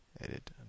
Edit